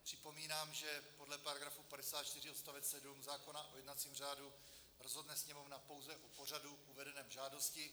Připomínám, že podle § 54 odst. 7 zákona o jednacím řádu rozhodne Sněmovna pouze o pořadu uvedeném v žádosti.